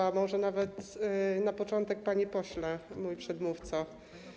A może nawet na początek: Panie Pośle, Mój Przedmówco!